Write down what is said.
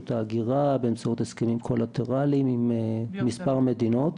ההגירה באמצעות הסכמים בילטרליים עם מספר מדינות.